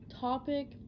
topic